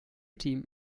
team